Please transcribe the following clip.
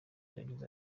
yagize